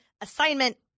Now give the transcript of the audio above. Assignment